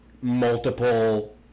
multiple